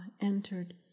entered